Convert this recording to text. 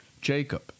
Jacob